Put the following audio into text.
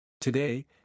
Today